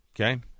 okay